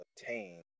obtain